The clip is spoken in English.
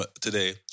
today